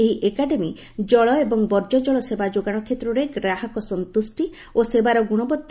ଏହି ଏକାଡେମୀ ଜଳ ଏବଂ ବର୍ଙ୍ଙ୍ୟ ଜଳ ସେବା ଯୋଗାଣ କ୍ଷେତ୍ରରେ ଗ୍ରାହକ ସନ୍ତୁଷ୍ଟି ଓ ସେବାର ଗୁଣବଉ